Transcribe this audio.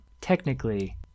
technically